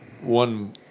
One